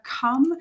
come